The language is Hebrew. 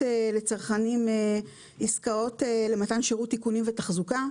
לצרכנים עסקאות למתן שירות תיקונים ותחזוקה.